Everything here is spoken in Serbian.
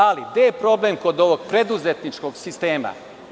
Ali, gde je problem kod ovog preduzetničkog sistema?